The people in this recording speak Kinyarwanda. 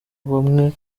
bamwe